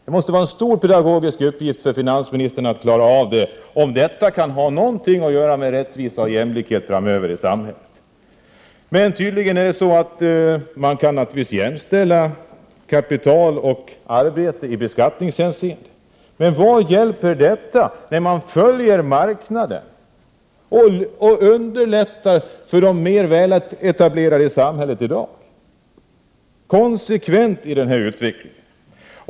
Det måste vara en stor pedagogisk uppgift för finansministern att klara av detta, om det kan ha någonting att göra med rättvisa och jämlikhet framöver i samhället. Man kan naturligtvis jämställa kapital och arbete i beskattningshänseende. Men vad hjälper detta, när man följer marknaden och underlättar för de mer väletablerade i samhället i dag? Man arbetar konsekvent i den riktningen.